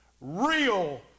real